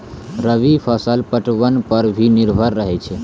रवि फसल पटबन पर भी निर्भर रहै छै